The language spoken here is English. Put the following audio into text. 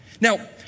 Now